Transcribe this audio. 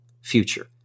future